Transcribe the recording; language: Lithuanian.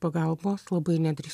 pagalbos labai nedrįs